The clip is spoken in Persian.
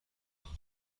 نوین